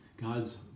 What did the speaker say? God's